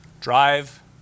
drive